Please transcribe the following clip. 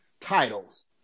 titles